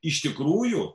iš tikrųjų